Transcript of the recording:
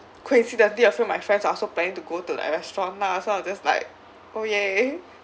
coincidentally a few of my friends are also planning to go to the restaurant lah so I was just like oh !yay!